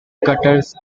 cutters